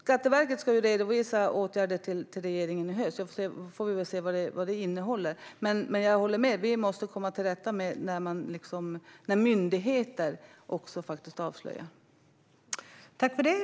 Skatteverket ska redovisa åtgärder för regeringen i höst, och då får vi väl se vad det innehåller. Jag håller dock med om att vi måste komma till rätta med att även myndigheter faktiskt avslöjar identiteter.